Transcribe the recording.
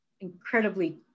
incredibly